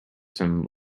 some